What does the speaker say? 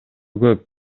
көп